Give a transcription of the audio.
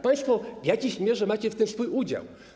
Państwo w jakiejś mierze macie w tym swój udział.